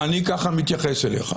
אני ככה מתייחס אליך.